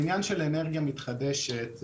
העניין של האנרגיה מתחדשת,